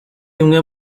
imwe